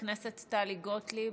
חברת הכנסת טלי גוטליב,